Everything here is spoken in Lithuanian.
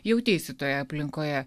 jauteisi toje aplinkoje